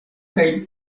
kaj